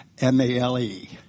M-A-L-E